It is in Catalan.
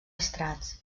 estrats